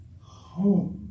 home